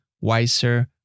wiser